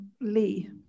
Lee